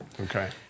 Okay